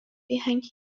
behind